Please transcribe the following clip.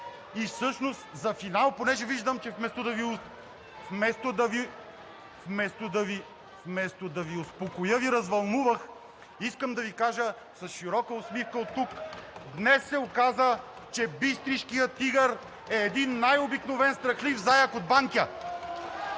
И всъщност за финал, понеже виждам, че вместо да Ви (шум и реплики от ГЕРБ-СДС) успокоя, Ви развълнувах. Искам да Ви кажа с широка усмивка от тук: днес се оказа, че бистришкият тигър е един най-обикновен страхлив заек от Банкя.